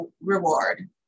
reward